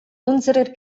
unserer